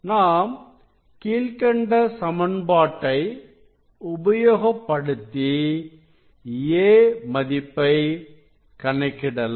நாம் கீழ்க்கண்ட சமன்பாட்டை உபயோகப்படுத்தி a மதிப்பை கணக்கிடலாம்